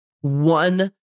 one